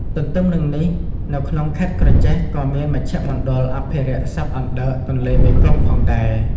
ទន្ទឹមនឹងនេះនៅក្នុងខេត្តក្រចេះក៏មានមជ្ឈមណ្ឌលអភិរក្សសត្វអណ្ដើកទន្លេមេគង្គផងដែរ ។